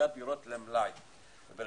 ואז